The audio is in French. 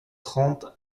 trente